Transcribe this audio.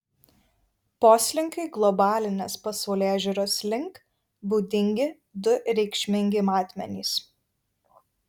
poslinkiui globalinės pasaulėžiūros link būdingi du reikšmingi matmenys